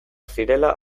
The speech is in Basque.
zirela